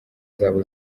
zabo